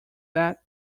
that